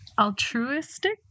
altruistic